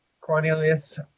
Cornelius